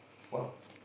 !wow!